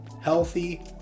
healthy